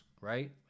right